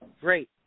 Great